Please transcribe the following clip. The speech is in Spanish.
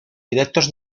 directos